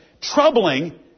troubling